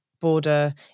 border